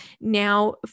now